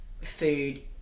food